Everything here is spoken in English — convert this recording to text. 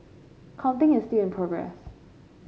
counting is still in progress